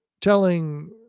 Telling